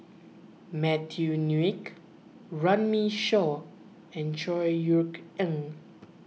Matthew Ngui Runme Shaw and Chor Yeok Eng